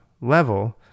level